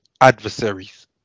adversaries